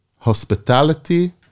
hospitality